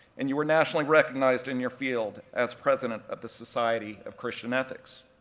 and you were nationally recognized in your field as president of the society of christian ethics.